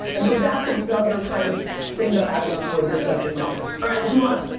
and so that's another kind of thing that i look for in this subject matter. alright, let's move on.